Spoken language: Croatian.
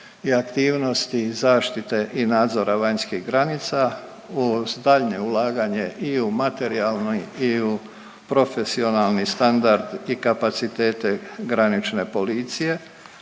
i aktivnosti zaštite i nadzora vanjskih granica u daljnje ulaganje i u materijalnoj i u profesionalni standard i kapacitete granične policije